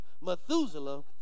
Methuselah